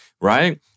right